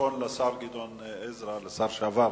מיקרופון לשר גדעון עזרא, לשר לשעבר,